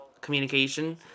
communication